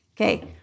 Okay